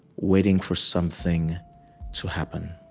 waiting for something to happen.